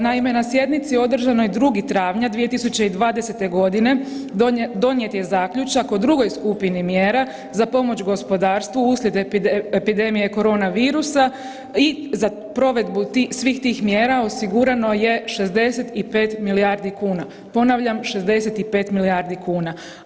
Naime, na sjednici održanoj 2. travnja 2020. godine donijet je zaključak o drugoj skupini mjera za pomoć gospodarstvu uslijed epidemije korona virusa i za provedbu svih tih mjera osigurano je 65 milijardi kuna, ponavljam 65 milijardi kuna.